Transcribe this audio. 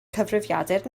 cyfrifiadur